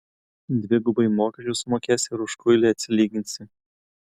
dvigubai mokesčius sumokėsi ir už kuilį atsilyginsi